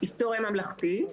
היסטוריה ממלכתי,